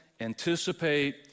anticipate